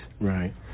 Right